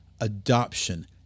adoption